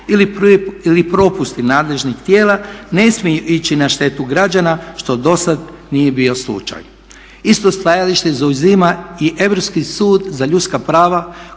ili propusti nadležnih tijela ne smiju ići na štetu građana što dosada nije bio slučaj. Isto stajalište zauzima i Europski sud za ljudska prava